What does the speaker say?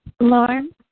Lauren